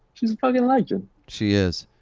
she's a fucking legend. she is.